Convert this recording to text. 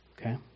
Okay